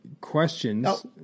questions